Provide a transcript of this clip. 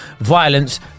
violence